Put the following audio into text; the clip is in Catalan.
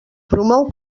promou